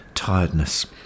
Tiredness